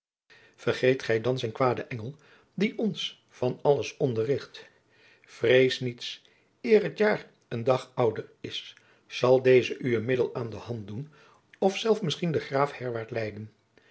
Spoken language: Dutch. vergeet gij dan zijn kwaden engel die ons van alles onderricht vrees niets eer t jaar een dag ouder is zal deze u een middel aan de hand doen of zelf misschien den graaf herwaart leiden